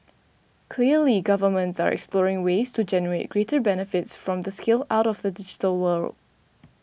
clearly governments are exploring ways to generate greater benefits from the scale out of the digital world